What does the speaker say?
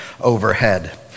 overhead